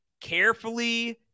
carefully